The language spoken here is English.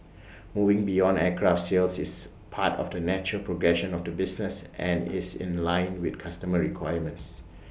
moving beyond aircraft sales is part of the natural progression of the business and is in line with customer requirements